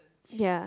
ya